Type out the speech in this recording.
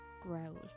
growl